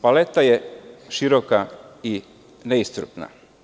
Paleta je široka i neiscrpna.